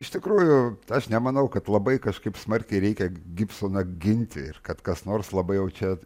iš tikrųjų aš nemanau kad labai kažkaip smarkiai reikia gibsoną ginti ir kad kas nors labai jau čia